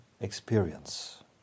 experience